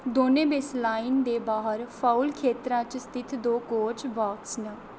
दौनें बेसलाइन दे बाह्र फाउल खेत्तरै च स्थित दो कोच बाक्स न